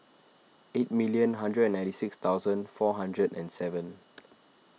eighty million hundred ninety six thousand four hundred and seven